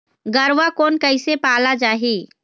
गरवा कोन कइसे पाला जाही?